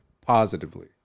positively